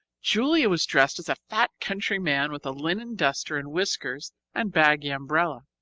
julia was dressed as a fat country man with a linen duster and whiskers and baggy umbrella.